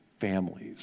families